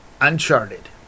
Uncharted